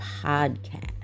podcast